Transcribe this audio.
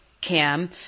cam